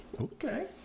Okay